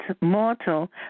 mortal